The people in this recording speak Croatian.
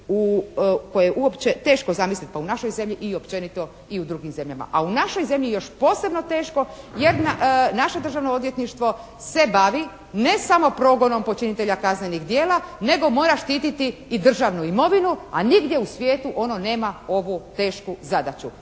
koje je uopće teško zamisliti pa u našoj zemlji i općenito i u drugim zemljama. A u našoj zemlji još posebno teško jer naše Državno odvjetništvo se bavi ne samo progonom počinitelja kaznenih djela nego mora štititi i državnu imovinu, a nigdje u svijetu ono nema ovu tešku zadaću.